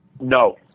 No